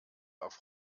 auf